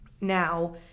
now